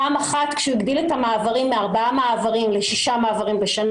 פעם אחת כשהוא הגדיל את המעברים מארבעה מעברים לשישה מעברים בשנה